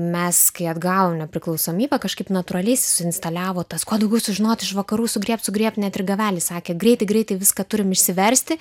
mes kai atgavom nepriklausomybę kažkaip natūraliai su instaliavo tas kuo daugiau sužinot iš vakarų sugriebt sugriebt net ir gavelis sakė greitai greitai viską turim išsiversti